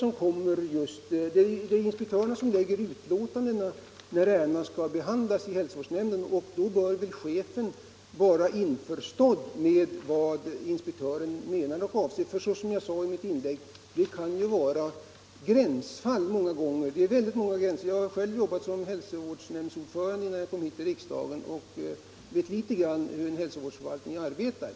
Det är inspektören som framlägger utlåtanden när ärendena skall behandlas i hälsovårdsnämnd, och då bör chefen vara så insatt i frågorna att han förstår vad inspektören menar. Det kan, som jag också sagt, många gånger vara fråga om gränsfall. Jag har själv jobbat som hälsovårdsnämndsordförande innan jag kom in i riksdagen och vet litet grand om hur en hälsovårdsförvaltning arbetar.